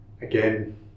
again